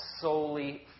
solely